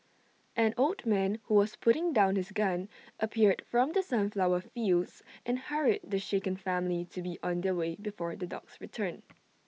an old man who was putting down his gun appeared from the sunflower fields and hurried the shaken family to be on their way before the dogs return